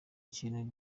ikintu